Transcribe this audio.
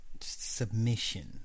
submission